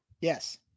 Yes